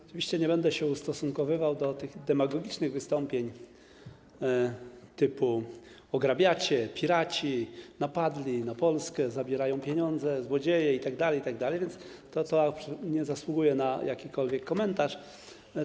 Oczywiście nie będę się ustosunkowywał do tych demagogicznych wystąpień typu: ograbiacie, piraci, napadli na Polskę, zabierają pieniądze, złodzieje itd., itd., to nie zasługuje na jakikolwiek komentarz.